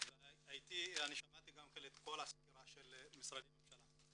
ושמעתי את הסקירה של משרדי הממשלה,